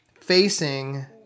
facing